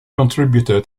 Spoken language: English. contributor